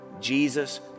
Jesus